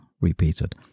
repeated